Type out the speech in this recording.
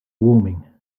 warming